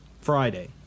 Friday